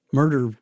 murder